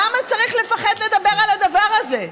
למה צריך לפחד לדבר על הדבר הזה?